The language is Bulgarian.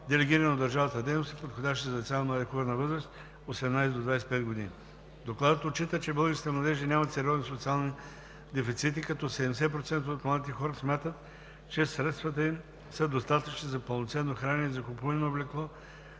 делегирани от държавната дейност, подходящи за деца и млади хора на възраст 18 до 25 г. Докладът отчита, че българските младежи нямат сериозни социални дефицити, като 70% от младите хора смятат, че средствата им са достатъчни за пълноценно хранене, закупуване на облекло,